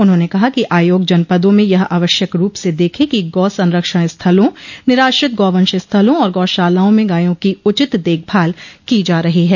उन्होंने कहा कि आयोग जनपदों में यह आवश्यक रूप से देखे कि गौ संरक्षण स्थलों निराश्रित गौवंश स्थलों और गौशालाओं में गायों की उचित देखभाल की जा रही है